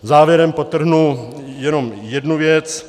Závěrem podtrhnu jenom jednu věc.